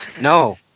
no